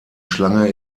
schlange